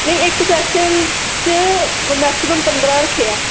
ਨਹੀਂ ਇੱਕ ਸੈਕਸ਼ਨ 'ਚ ਮੈਕਸੀਮਮ ਪੰਦਰਾਂ ਰੱਖੇ ਆ